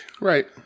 Right